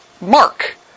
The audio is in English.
Mark